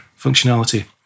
functionality